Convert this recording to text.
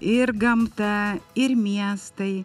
ir gamta ir miestai